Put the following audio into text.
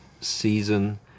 season